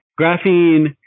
graphene